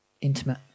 Intimate